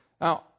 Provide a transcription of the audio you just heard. Now